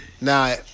Now